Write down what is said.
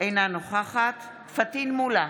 אינה נוכחת פטין מולא,